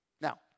Now